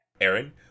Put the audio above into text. Aaron